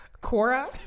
Cora